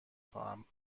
خواهم